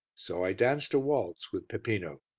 so i danced a waltz with peppino.